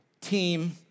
team